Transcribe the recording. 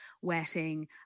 wetting